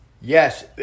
Yes